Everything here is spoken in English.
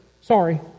Sorry